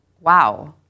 Wow